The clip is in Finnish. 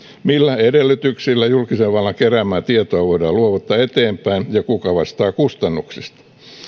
millä edellytyksillä julkisen vallan keräämää tietoa voidaan luovuttaa eteenpäin ja kuka vastaa kustannuksista